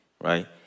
Right